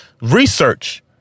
research